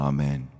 Amen